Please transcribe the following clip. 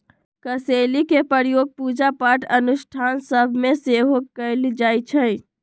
कसेलि के प्रयोग पूजा पाठ अनुष्ठान सभ में सेहो कएल जाइ छइ